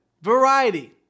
Variety